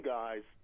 guys